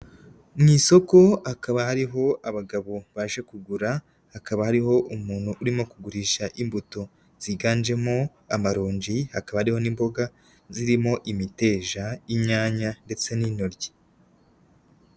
Mu isoko akaba ariho abagabo baje kugura, hakaba hariho umuntu urimo kugurisha imbuto ziganjemo amaronji, hakaba hariho n'imboga zirimo imiteja, inyanya ndetse n'intoryi.